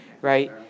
right